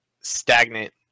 stagnant